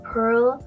Pearl